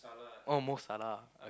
oh Mo Salah